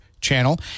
channel